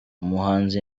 umuhanzi